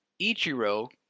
Ichiro